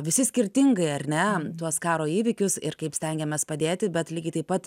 visi skirtingai ar ne tuos karo įvykius ir kaip stengiamės padėti bet lygiai taip pat